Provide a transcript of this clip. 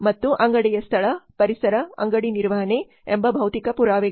ಮತ್ತು ಅಂಗಡಿಯ ಸ್ಥಳ ಪರಿಸರ ಅಂಗಡಿ ನಿರ್ವಹಣೆ ಎಂಬ ಭೌತಿಕ ಪುರಾವೆಗಳು